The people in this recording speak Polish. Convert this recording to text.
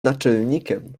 naczelnikiem